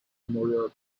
memorial